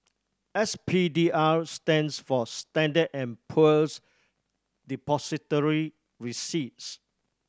S P D R stands for Standard and Poor's Depository Receipts